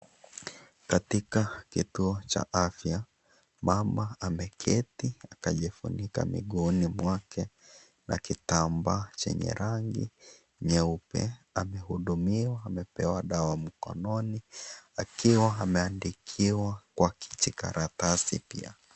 Katika kituo cha afya mama ameketi akajifunika miguuni mwake na kitambaa chenye rangi nyeupe, amehudumiwa amepewa dawa mkononi, akiwa ameandikwa kwa kijikaratasi pia.